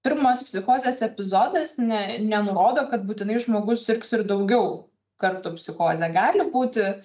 pirmos psichozės epizodas ne nenurodo kad būtinai žmogus sirgs ir daugiau kartų psichoze gali būti